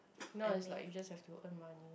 now is like you just have to earn money